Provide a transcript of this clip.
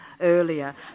earlier